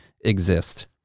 exist